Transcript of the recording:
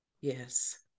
yes